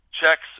checks